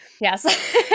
Yes